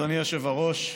אדוני היושב-ראש,